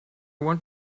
want